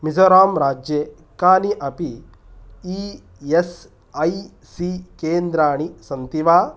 मिज़ोराम् राज्ये कानि अपि ई एस् ऐ सी केन्द्राणि सन्ति वा